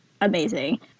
amazing